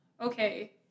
okay